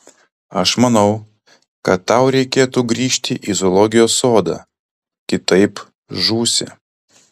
aš manau kad tau reikėtų grįžti į zoologijos sodą kitaip žūsi